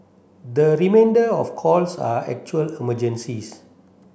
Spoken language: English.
the remainder of calls are actual emergencies